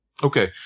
Okay